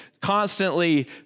constantly